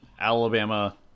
Alabama